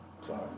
Sorry